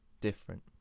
different